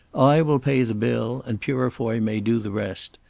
i will pay the bill and purefoy may do the rest.